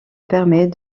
permet